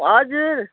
हजुर